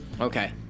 okay